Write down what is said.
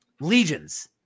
legions